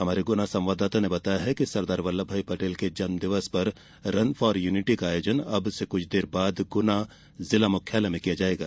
हमारे गुना संवाददाता ने बताया है कि सरदार बल्लंभ भाई पटेल के जन्म दिवस पर रन फॉर युनिटी का आयोजन अब से कुछ देर बाद गुना जिला मुख्यालय में किया जाएगा